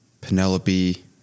Penelope